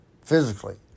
physically